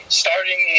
starting